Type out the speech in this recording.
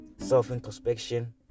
self-introspection